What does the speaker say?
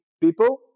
people